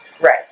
Right